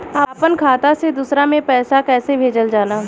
अपना खाता से दूसरा में पैसा कईसे भेजल जाला?